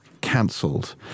cancelled